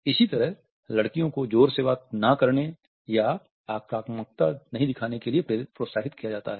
इसी तरह लड़कियों को जोर से बात न करने या आक्रामकता नहीं दिखाने के लिए प्रोत्साहित किया जाता है